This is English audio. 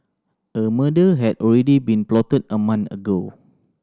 a murder had already been plotted a month ago